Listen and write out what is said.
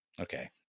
Okay